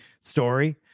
story